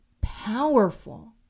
powerful